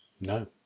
No